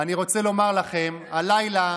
אני רוצה לומר לכם, הלילה